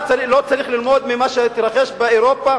לא צריך ללמוד ממה שהתרחש באירופה?